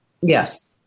yes